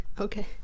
Okay